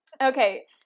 Okay